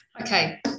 Okay